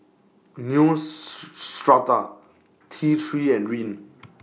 News Strata T three and Rene